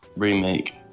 Remake